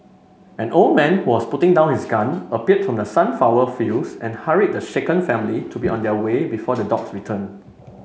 an old man who was putting down his gun appeared from the sunflower fields and hurried the shaken family to be on their way before the dogs return